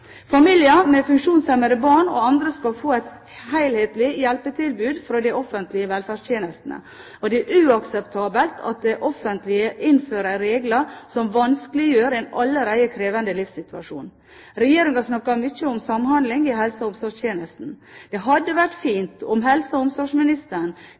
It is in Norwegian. Familier med funksjonshemmede barn og andre skal få et helhetlig hjelpetilbud fra de offentlige velferdstjenestene. Det er uakseptabelt at det offentlige innfører regler som vanskeliggjør en allerede krevende livssituasjon. Regjeringen snakker mye om samhandling i helse- og omsorgstjenesten. Det hadde vært